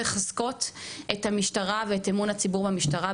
מחזקות את המשטרה ואת אמון הציבור במשטרה.